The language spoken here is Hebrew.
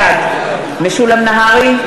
בעד משולם נהרי,